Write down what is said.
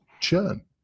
churn